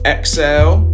Exhale